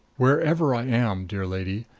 wherever i am, dear lady,